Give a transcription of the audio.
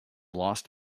lost